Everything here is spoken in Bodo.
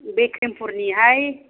बिक्रिमपुरनिहाय